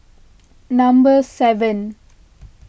number seven